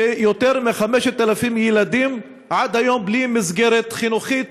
שיותר מ-5,000 ילדים עד היום הם בלי מסגרת חינוכית,